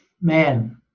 Man